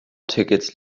tickets